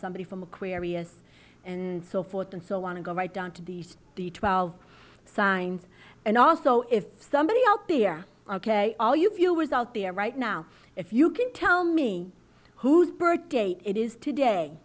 somebody from aquarius and so forth and so on and go right down to these the twelve signs and also if somebody else here ok all you viewers out there right now if you can tell me whose birthday it is today